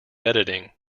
editing